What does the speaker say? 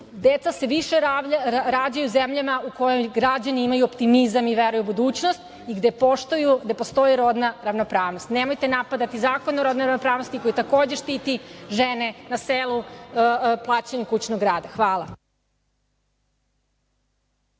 deca se više rađaju u zemljama u kojoj građani imaju optimizam i veru u budućnost i gde postoji rodna ravnopravnost. Nemojte napadati Zakon o rodnoj ravnopravnosti koji takođe štiti žene na selu plaćanjem kućnog rada. Hvala.